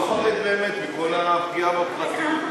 הוא לא חרד באמת מכל הפגיעה בפרטיות.